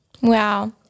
Wow